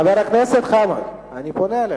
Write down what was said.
אני פונה אליך,